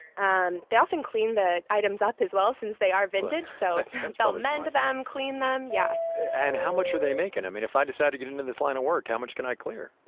and they often clean the items up as well, since they are vintage, so they'll mend them, clean them. yeah and how much are they making? i mean, if i decide to get into this line of work, how much can i clear?